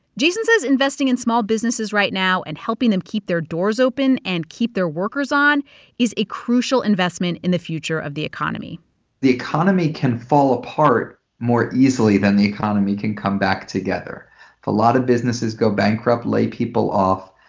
jason says investing in small businesses right now and helping them keep their doors open and keep their workers on is a crucial investment in the future of the economy the economy can fall apart more easily than the economy can come back together. if a lot of businesses go bankrupt, lay people off,